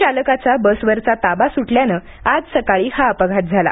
चालकाचा बसवरचा ताबा सुटल्यानं आज सकाळी हा अपघात झाला